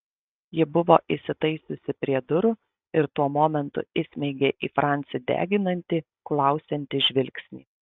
ji buvo įsitaisiusi prie durų ir tuo momentu įsmeigė į francį deginantį klausiantį žvilgsnį